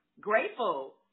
grateful